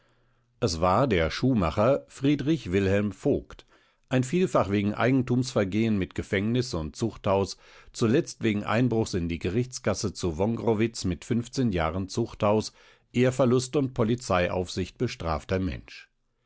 es war der schuhmacher friedrich wilhelm voigt ein vielfach wegen eigentumsvergehen mit gefängnis und zuchthaus zuletzt wegen einbruchs in die gerichtskasse zu wongrowitz mit jahren zuchthaus ehrverlust und polizeiaufsicht bestrafter mensch